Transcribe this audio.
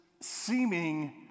seeming